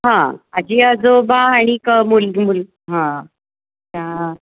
हां आजी आजोबा आणिक मुलगी मुलग हां आं